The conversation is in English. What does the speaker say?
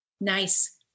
Nice